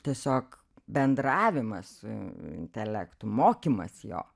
tiesiog bendravimas su intelektu mokymas jo